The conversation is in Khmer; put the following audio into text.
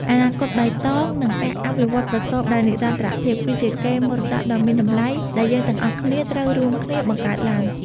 អនាគតបៃតង និងការអភិវឌ្ឍប្រកបដោយនិរន្តរភាពគឺជាកេរមរតកដ៏មានតម្លៃដែលយើងទាំងអស់គ្នាត្រូវរួមគ្នាបង្កើតឡើង។